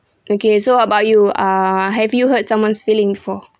okay so about you ah have you hurt someone's feelings before